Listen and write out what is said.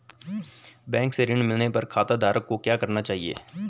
Bank से ऋण मिलने पर खाताधारक को क्या करना चाहिए?